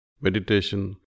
Meditation